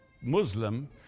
Muslim